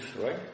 right